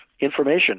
information